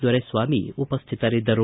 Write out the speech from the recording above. ದೊರೆಸ್ವಾಮಿ ಉಪಸ್ಥಿತರಿದ್ದರು